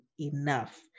enough